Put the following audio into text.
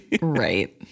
right